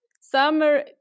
summer